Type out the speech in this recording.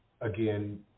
again